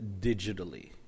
digitally